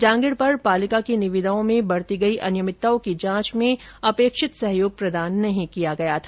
जांगिड़ ने पालिका की निविदाओं में बरती गई अनियमितताओं की जांच में अपेक्षित सहयोग प्रदान नहीं किया था